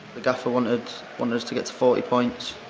gaffer wanted wanted us to get to forty points.